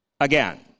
Again